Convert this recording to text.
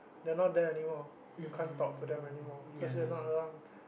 they're not there anymore you can't talk to them anymore cause she's not around